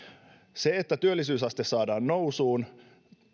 se että työllisyysaste saadaan nousuun